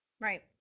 Right